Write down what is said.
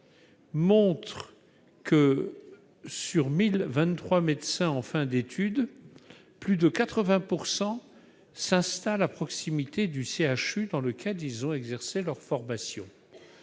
montrent que, sur 1 023 médecins en fin d'études, plus de 80 % s'installent à proximité du CHU dans lequel ils ont suivi leur formation.